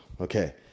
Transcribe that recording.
Okay